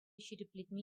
ҫирӗплетме